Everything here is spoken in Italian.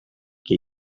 che